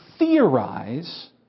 Theorize